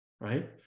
right